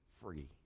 free